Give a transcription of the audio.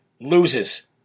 loses